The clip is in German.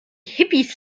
hippies